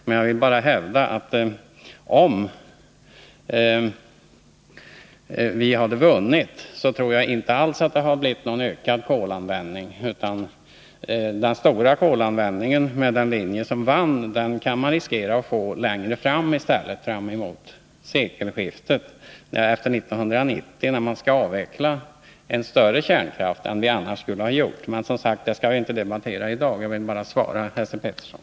Men jag vill hävda att om vi hade vunnit, hade det inte alls blivit någon ökad kolanvändning. Den stora kolanvändningen med den linje som vann kan man riskera att få längre fram i stället, efter 1990, när man skall avveckla en större kärnkraftsanvändning än vi annars skulle ha haft. Men det skall vi som sagt inte debattera i dag. Jag ville bara svara Esse Petersson.